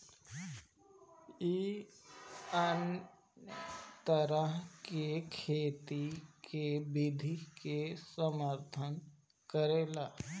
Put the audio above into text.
इ अन्य तरह के खेती के विधि के समर्थन करेला